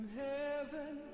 heaven